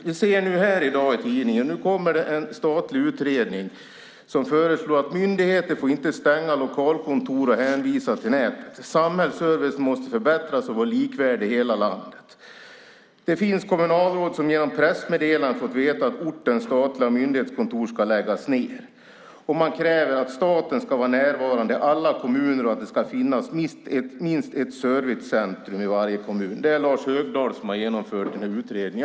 Vi ser i dag i tidningen att det kommer en statlig utredning som föreslår att myndigheter inte får stänga lokalkontor och hänvisa till nätet. Samhällsservicen måste förbättras och vara likvärdig i hela landet. Det finns kommunalråd som genom pressmeddelanden fått veta att ortens statliga myndighetskontor ska läggas ned. Man kräver att staten ska vara närvarande i alla kommuner och att det ska finnas minst ett servicecentrum i varje kommun. Det är Lars Högdahl som har genomfört den utredningen.